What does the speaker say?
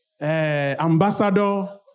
Ambassador